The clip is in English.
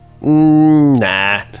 Nah